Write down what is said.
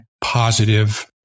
positive